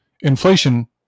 inflation